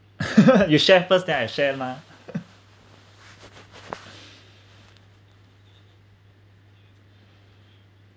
you share first then I share mah